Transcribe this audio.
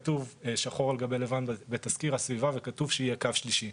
הקו השלישי כתוב שחור על גבי לבן בתזכיר הסביבה וכתוב שיהיה קו שלישי.